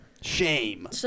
Shame